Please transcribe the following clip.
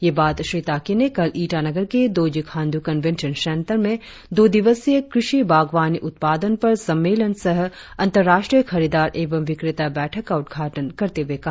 ये बात श्री ताकी ने कल ईटानगर के दोरजी खाण्डू कन्वेंशन सेंटर में दो दिवसीय कृषि बागवानी उत्पादन पर सम्मेलन सह अंतर्रष्ट्रीय खरीदार एवं विक्रेता बैठक का उद्घाटन करते हुए कहा